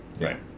right